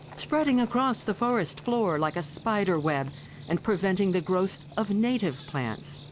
spreading across the forest floor like a spider web and preventing the growth of native plants.